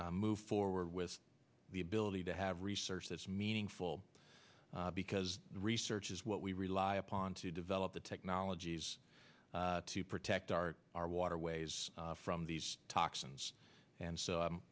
get moved forward with the ability to have research that's meaningful because research is what we rely upon to develop the technologies to protect our our waterways from these toxins and so i'm